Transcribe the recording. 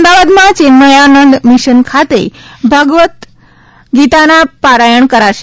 અમદાવાદમાં ચિન્મયાનંદ મિશન ખાતે ભગવત ગીતાનું પારાયણ કરાશે